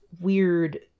weird